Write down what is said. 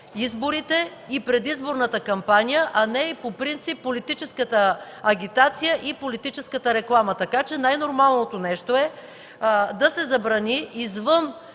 изборите и предизборната кампания, а не по принцип политическата агитация, политическата реклама, така че най-нормалното нещо е да се забрани извън